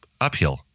uphill